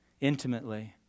intimately